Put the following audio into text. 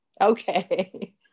Okay